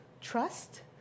Trust